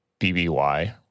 BBY